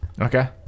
Okay